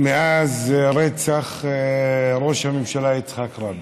מאז רצח ראש הממשלה יצחק רבין,